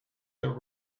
their